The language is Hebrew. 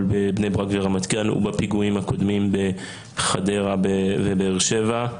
בבני ברק ורמת גן ובפיגועים הקודמים בחדרה ובבאר שבע,